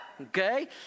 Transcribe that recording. Okay